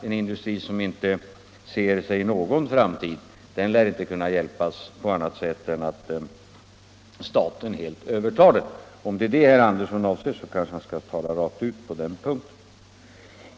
En industri som inte ser någon framtid för sig lär inte kunna hjälpas på annat sätt än genom att staten helt övertar den. Om det är det herr Andersson avser kanske han skall tala rakt ut på den punkten.